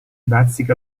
bazzica